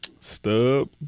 stub